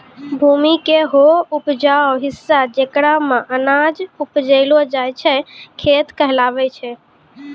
भूमि के हौ उपजाऊ हिस्सा जेकरा मॅ अनाज उपजैलो जाय छै खेत कहलावै छै